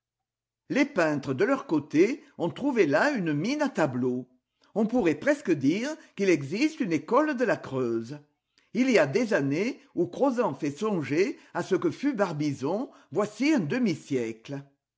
les peintres de leur côté ont trouvé là une mine à tableaux on pourrait presque dire qu'il existe une école de la creuse il y a des années où crozant fait songer à ce que fut barbizon voici un demi-siècle